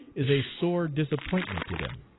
is a sore disappointment to them.